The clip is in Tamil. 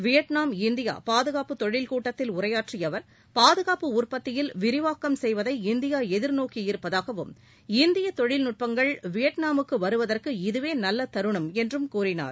வியட்நாம் இந்தியா பாதுகாப்பு தொழில் கூட்டத்தில் உரையாற்றிய அவர் பாதுகாப்பு உற்பத்தியில் விரிவாக்கம் செய்வதை இந்தியா எதிர்நோக்கியிருப்பதாகவும் இந்திய தொழில்நுட்பங்கள் வியம்நாமுக்கு வருவதற்கு இதுவே நல்ல தருணம் என்றும் கூறினார்